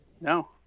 No